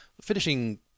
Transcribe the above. finishing